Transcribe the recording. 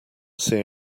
see